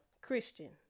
Christian